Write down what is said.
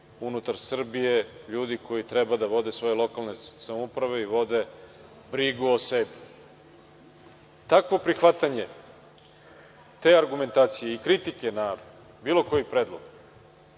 unutar Srbije, ljudi koji treba da vode svoje lokalne samouprave i vode brigu o sebi. Takvo prihvatanje te argumentacije i kritike na bilo koji predlog